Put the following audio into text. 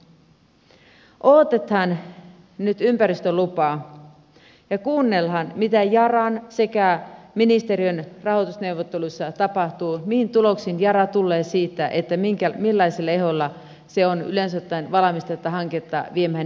odotetaan nyt ympäristölupaa ja kuunnellaan mitä yaran sekä ministeriön rahoitusneuvotteluissa tapahtuu mihin tuloksiin yara tulee siinä millaisilla ehdoilla se on yleensä valmis tätä hanketta viemään eteenpäin